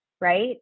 right